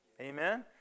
Amen